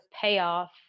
payoff